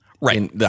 right